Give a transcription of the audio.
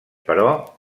però